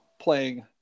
playing –